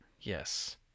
Yes